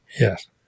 Yes